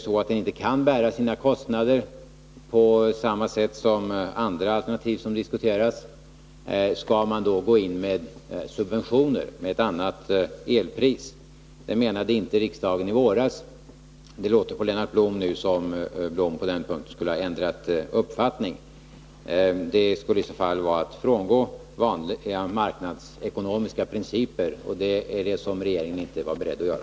Om den inte kan bära sina kostnader, på samma sätt som andra alternativ som har diskuterats, skall man gå in med subventioner via ett förändrat elpris. Det menade inte riksdagen i våras. Det låter på Lennart Blom nu som om han på den punkten skulle ha ändrat uppfattning. Det skulle iså fall vara att frångå vanliga marknadsekonomiska principer, och det är det som regeringen inte var beredd att göra.